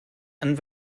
and